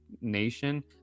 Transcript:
nation